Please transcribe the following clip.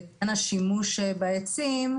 לעניין השימוש בעצים,